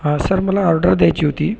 हा सर मला ऑर्डर द्यायची होती